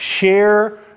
share